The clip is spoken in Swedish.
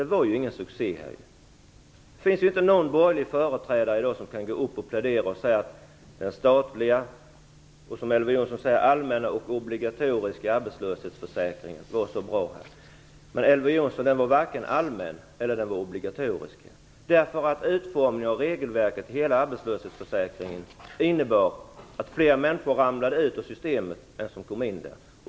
Det finns i dag inte någon borgerlig företrädare som kan gå upp och plädera och säga att den statliga arbetslöshetsförsäkringen var så bra. Elver Jonsson säger också att den var allmän och obligatorisk. Men den var varken allmän eller obligatorisk, Elver Jonsson. Utformningen av regelverket i hela arbetslöshetsförsäkringen innebar att fler människor ramlade ut ur systemet än vad som kom in.